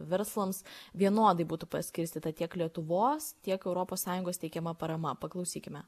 verslams vienodai būtų paskirstyta tiek lietuvos tiek europos sąjungos teikiama parama paklausykime